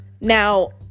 Now